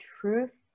truth